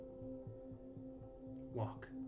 walk